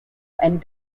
and